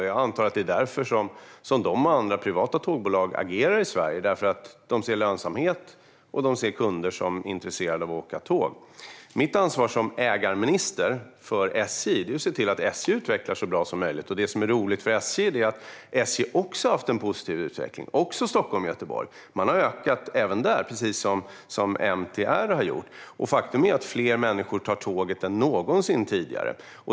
Jag antar att de och andra privata tågbolag agerar i Sverige eftersom det är lönsamt och det finns kunder som är intresserade av att åka tåg. Mitt ansvar som ägarminister för SJ är att se till att SJ utvecklas så bra som möjligt. Det som är roligt är att också SJ haft en positiv utveckling, också på sträckan Stockholm-Göteborg. Man har ökat även där, precis som MTR har gjort. Faktum är att fler människor tar tåget än någonsin tidigare.